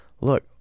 look